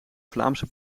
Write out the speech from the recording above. vlaamse